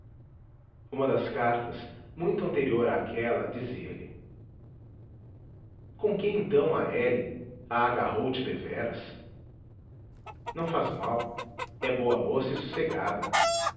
uma das cartas muito anterior àquela dizia-lhe com que então a l a agarrou te deveras não faz mal é boa moça e sossegada